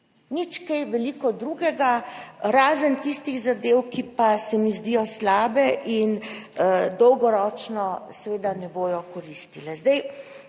Nič kaj veliko drugega, razen tistih zadev, ki pa se mi zdijo slabe in dolgoročno seveda ne bodo koristile.